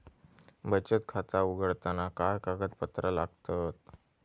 बचत खाता उघडताना काय कागदपत्रा लागतत?